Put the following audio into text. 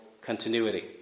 continuity